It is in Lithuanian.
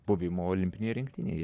buvimo olimpinėje rinktinėje